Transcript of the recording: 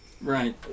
Right